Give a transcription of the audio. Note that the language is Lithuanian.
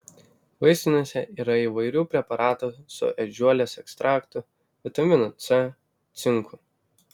vaistinėse yra įvairių preparatų su ežiuolės ekstraktu vitaminu c cinku